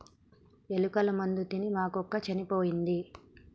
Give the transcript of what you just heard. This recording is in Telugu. ఎలుకల మందు తిని మా కుక్క చనిపోయింది